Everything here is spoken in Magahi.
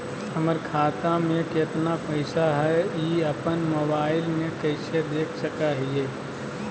हमर खाता में केतना पैसा हई, ई अपन मोबाईल में कैसे देख सके हियई?